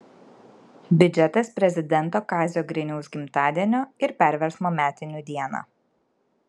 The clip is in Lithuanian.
biudžetas prezidento kazio griniaus gimtadienio ir perversmo metinių dieną